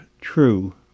true